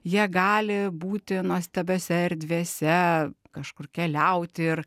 jie gali būti nuostabiose erdvėse kažkur keliauti ir